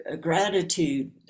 gratitude